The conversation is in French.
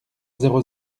zéro